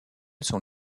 sont